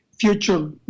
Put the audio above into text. future